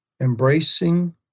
embracing